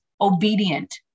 obedient